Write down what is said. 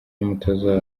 n’umutoza